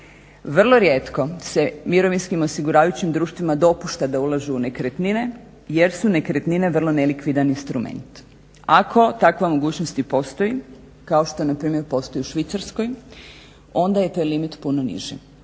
Vrlo rijetko se mirovinskim osiguravajućim društvima dopušta da ulažu u nekretnine jer su nekretnine vrlo nelikvidan instrument. Ako takva mogućnost i postoji, kao što npr. postoji u Švicarskoj, onda je taj limit puno niži